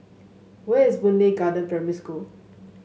where is Boon Lay Garden Primary School